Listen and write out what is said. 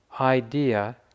idea